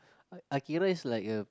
Akira is like a